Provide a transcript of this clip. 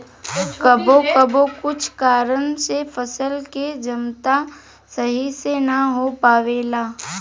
कबो कबो कुछ कारन से फसल के जमता सही से ना हो पावेला